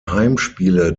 heimspiele